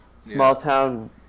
small-town